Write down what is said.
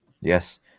Yes